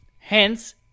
Hence